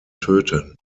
töten